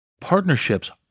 Partnerships